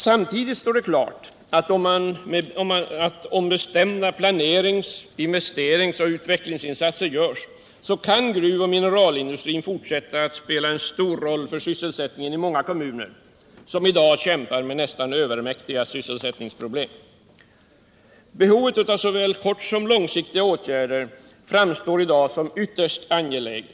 Samtidigt står det klart att om bestämda planerings-, investeringsoch utvecklingsinsatser görs, kan gruvoch mineralindustrin fortsätta att spela en stor roll för sysselsättningen i många kommuner, som i dag kämpar med nästan övermäktiga sysselsättningsproblem. Behovet av såväl kortsom långsiktiga åtgärder framstår i dag som ytterst angeläget.